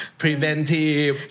preventive